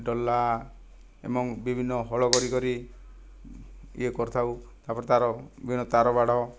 ଟୋଲା ଏବଂ ବିଭିନ୍ନ ହଳ କରିକରି ଇଏ କରିଥାଉ ତା'ପରେ ତା'ର ବିଭିନ୍ନ ତାରବାଡ଼